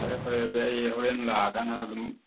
ꯐꯔꯦ ꯐꯔꯦ ꯑꯗꯨꯗꯤ ꯑꯩ ꯍꯣꯔꯦꯟ ꯂꯥꯛꯑ ꯀꯥꯟꯗ ꯑꯗꯨꯝ